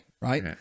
right